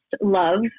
love